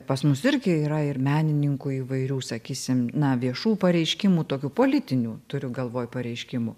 pas mus irgi yra ir menininkų įvairių sakysim na viešų pareiškimų tokių politinių turiu galvoj pareiškimų